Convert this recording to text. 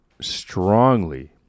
strongly